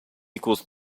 equals